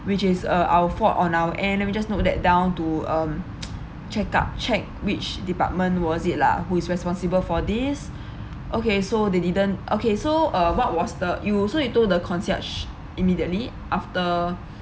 which is uh our fault on our end let me just note that down to um check out check which department was it lah who is responsible for this okay so they didn't okay so uh what was the you so you told the concierge immediately after